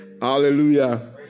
hallelujah